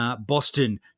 Boston